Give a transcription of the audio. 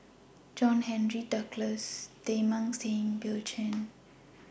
John Henry Duclos Teng Mah Seng and Bill Chen